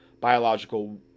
biological